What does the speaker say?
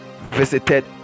visited